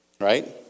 Right